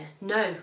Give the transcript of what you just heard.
No